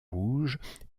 rouge